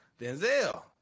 Denzel